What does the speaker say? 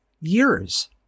years